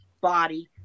body